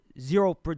zero